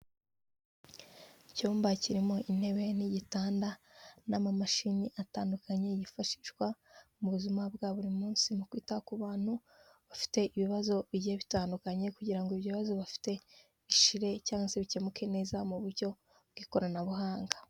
Icyumba kirimo intebe n'igitanda n'amamashami atandukanye yifashishwa mu buzima bwa buri munsi, mu kwita ku bantu bafite ibibazo bigiye bitandukanye, kugira ngo ibyo bibazo bafite bishire, cyangwa se bikemuke neza mu buryo bw'ikoranabuhanga.